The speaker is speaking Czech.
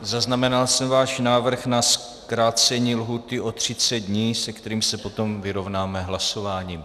Zaznamenal jsem váš návrh na zkrácení lhůty o třicet dní, se kterým se potom vyrovnáme hlasováním.